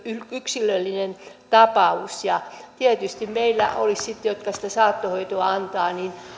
yksilöllinen tapaus tietysti meillä niiden jotka sitä saattohoitoa antavat olisi